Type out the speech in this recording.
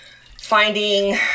finding